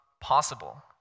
possible